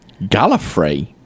Gallifrey